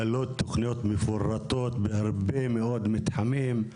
ללא תוכניות מפורטות בהרבה מאוד מתחמים.